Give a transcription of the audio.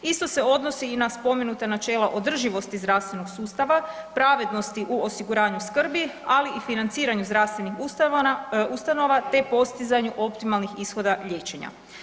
Isto se odnosi i na spomenuta načela održivosti zdravstvenog sustava, pravednosti u osiguranju skrbi, ali i financiranju zdravstvenih ustanova te postizanju optimalnih ishoda liječenja.